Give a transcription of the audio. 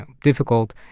difficult